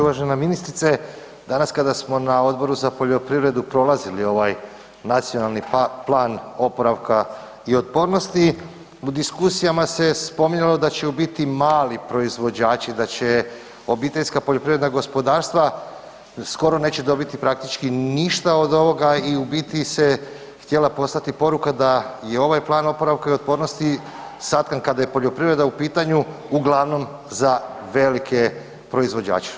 Uvažena ministrice danas kada smo na Odboru za poljoprivredu prolazili ovaj Nacionalni plan oporavka i otpornosti u diskusijama se spominjalo da će u biti mali proizvođači, da će obiteljska poljoprivredna gospodarstva skoro neće dobiti praktički ništa od ovoga i u biti se htjela poslati poruka da i ovaj plan oporavka i otpornosti satkan kada je poljoprivreda u pitanju uglavnom za velike proizvođače.